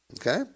Okay